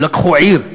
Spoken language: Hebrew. הם לקחו עיר,